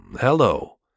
Hello